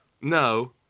No